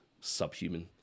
subhuman